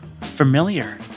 familiar